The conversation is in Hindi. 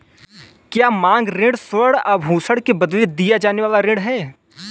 क्या मांग ऋण स्वर्ण आभूषण के बदले दिया जाने वाला ऋण है?